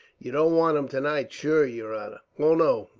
you don't want him tonight, shure, yer honor. oh no,